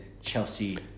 Chelsea